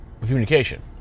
communication